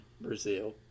Brazil